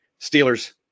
Steelers